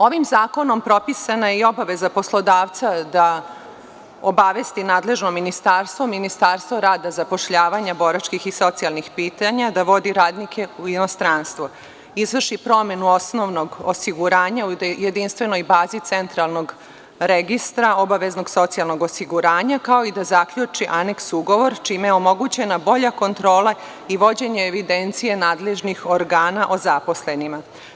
Ovim zakonom propisana je i obaveza poslodavca da obavesti nadležno ministarstvo, Ministarstvo rada, zapošljavanja, boračkih i socijalnih pitanja, da vodi radnike u inostranstvu, izvrši promenu osnovnog osiguranja u jedinstvenoj bazi centralnog registra, obaveznog socijalnog osiguranja, kao i da zaključi aneks-ugovor, čime je omogućena bolja kontrola i vođenje evidencije nadležnih organa o zaposlenima.